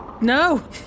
No